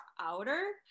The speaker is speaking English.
outer